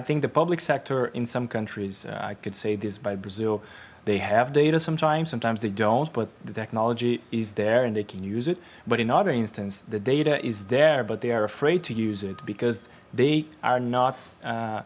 think the public sector in some countries i could say this by brazil they have data sometimes sometimes they don't but the technology is there and they can use it but in other instance the data is there but they are afraid to use it because they are not